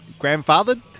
grandfathered